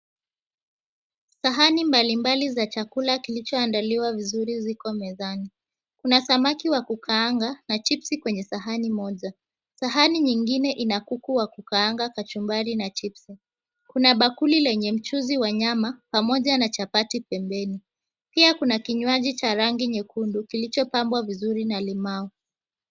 Sahani mbalimbali za chakula kilichoandaliwa vizuri ziko mezani. Kuna samaki wa kukaanga na chipsi kwenye sahani moja. Sahani nyingine ina kuku wa kukaanga, kachumbari na chipsi. Kuna bakuli lenye mchuzi wa nyama pamoja na chapati pembeni. Pia kuna kinywaji cha rangi nyekundu kilichopambwa vizuri na limau.